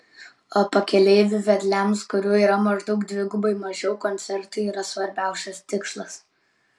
o pakeleivių vedliams kurių yra maždaug dvigubai mažiau koncertai yra svarbiausias tikslas